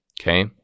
Okay